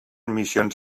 missions